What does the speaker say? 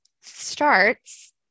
starts